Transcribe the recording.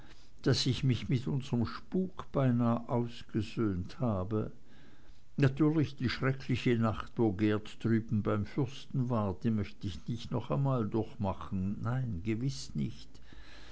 daß ich mich mit unsrem spuk beinah ausgesöhnt habe natürlich die schreckliche nacht wo geert drüben beim fürsten war die möchte ich nicht noch einmal durchmachen nein gewiß nicht